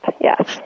yes